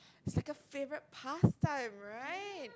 is like a favourite past time right